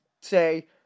say